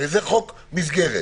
הרי זה חוק מסגרת.